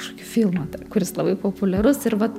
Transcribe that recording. kažkokį filmą kuris labai populiarus ir vat